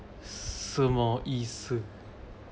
什么意思